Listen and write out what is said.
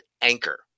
anchor